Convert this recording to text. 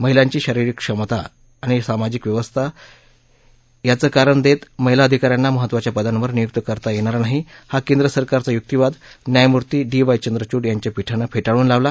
महिलांची शारिरीक क्षमता आणि सामाजिक व्यवस्था यांच कारण देत महिला अधिकाऱ्यांना महत्वाच्या पदांवर नियुक्त करता येणार नाही हा केंद्र सरकारचा युक्तीवाद न्यायमूर्ती डी वाय चंद्रचुड यांच्या पीठानं फे ळून लावलं